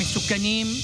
המסוכנים,